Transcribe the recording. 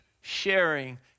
sharing